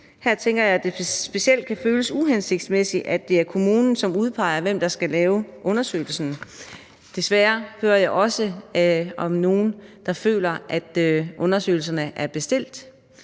Her tænker jeg, at det specielt kan føles uhensigtsmæssigt, at det er kommunen, som udpeger, hvem der skal lave undersøgelsen. Desværre hører jeg også om nogle, der føler, at undersøgelserne er bestilt.